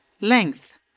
length